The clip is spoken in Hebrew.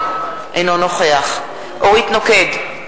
אינו נוכח אורית נוקד,